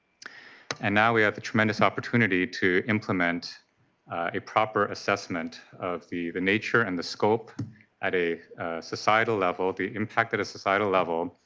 and now, we have the tremendous opportunity to implement a proper assessment of the the nature and the scope at a societal level, the impact at a societal level